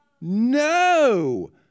No